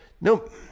Nope